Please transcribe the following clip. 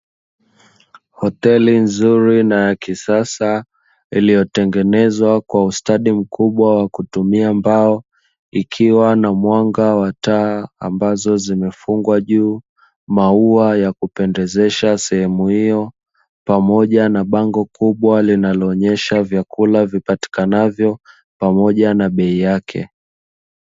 Hoteli nzuri na ya kisasa iliyotengenezwa kwa ustadi mkubwa wa kutumia mbao ikiwa na mwanga wa taa ambazo zimefungwa juu, maua ya kupendezesha sehemu hiyo pamoja na bango kubwa linaloonesha vyakula vipatikanavyo pamoja na bei yake.